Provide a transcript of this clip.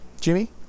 Jimmy